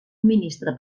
ministre